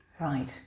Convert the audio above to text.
Right